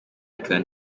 can